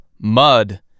mud